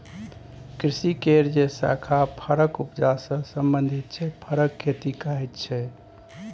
कृषि केर जे शाखा फरक उपजा सँ संबंधित छै फरक खेती कहाइ छै